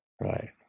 Right